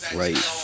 right